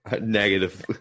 Negative